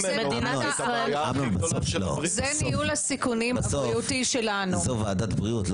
אמנון, בסוף זו ועדת בריאות.